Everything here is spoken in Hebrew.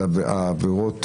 העבירות,